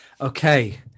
Okay